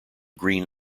green